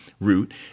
root